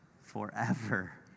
forever